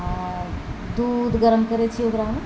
आर दूध गरम करै छी ओकरा मे